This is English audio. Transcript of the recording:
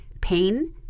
pain